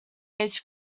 age